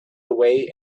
away